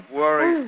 worry